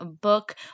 book